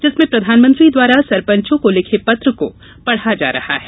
जिसमें प्रधानमंत्री द्वारा सरपंचों को लिखे पत्र को पढ़ा जा रहा है